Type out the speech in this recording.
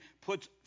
puts